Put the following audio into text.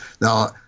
Now